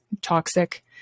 toxic